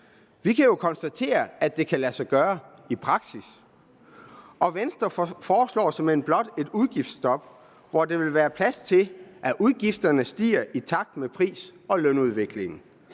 Vi kan jo konstatere, at det kan lade sig gøre i praksis, og Venstre foreslår såmænd blot et udgiftsstop, hvor der vil være plads til, at udgifterne stiger i takt med pris- og lønudviklingen.